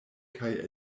kaj